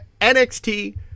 NXT